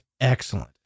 excellent